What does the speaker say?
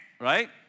Right